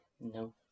No